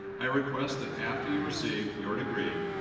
i request that after you receive your degree,